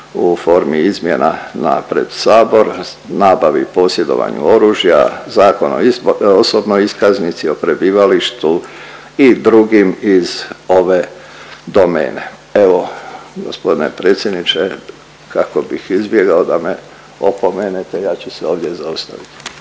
u formi izmjena na pred Sabor, nabavi i posjedovanju oružja, Zakon o osobnoj iskaznici, o prebivalištu i drugim iz ove domene. Evo, g. predsjedniče, kako bih izbjegao da me opomenete, ja ću se ovdje zaustaviti.